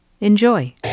Enjoy